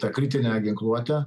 ta kritine ginkluote